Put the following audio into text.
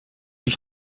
ich